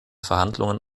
verhandlungen